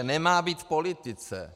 Nemá být v politice.